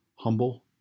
humble